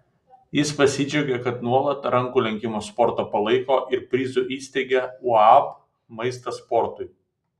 jis pasidžiaugė kad nuolat rankų lenkimo sportą palaiko ir prizų įsteigia uab maistas sportui